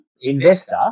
investor